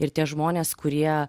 ir tie žmonės kurie